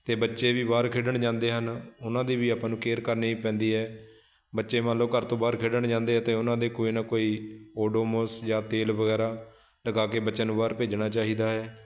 ਅਤੇ ਬੱਚੇ ਵੀ ਬਾਹਰ ਖੇਡਣ ਜਾਂਦੇ ਹਨ ਉਹਨਾਂ ਦੀ ਵੀ ਆਪਾਂ ਨੂੰ ਕੇਅਰ ਕਰਨੀ ਪੈਂਦੀ ਹੈ ਬੱਚੇ ਮੰਨ ਲਓ ਘਰ ਤੋਂ ਬਾਹਰ ਖੇਡਣ ਜਾਂਦੇ ਆ ਅਤੇ ਉਹਨਾਂ ਦੇ ਕੋਈ ਨਾ ਕੋਈ ਓਡੋਮੋਸ ਜਾਂ ਤੇਲ ਵਗੈਰਾ ਲਗਾ ਕੇ ਬੱਚਿਆਂ ਨੂੰ ਬਾਹਰ ਭੇਜਣਾ ਚਾਹੀਦਾ ਹੈ